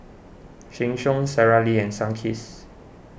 Sheng Siong Sara Lee and Sunkist